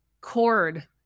cord